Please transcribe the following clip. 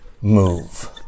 Move